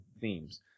themes